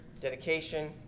dedication